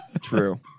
true